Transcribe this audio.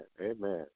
amen